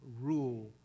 rule